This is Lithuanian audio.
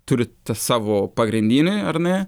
turit savo pagrindinį ar ne